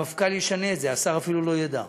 נניח, והמפכ"ל ישנה את זה, והשר אפילו לא ידע.